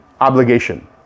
obligation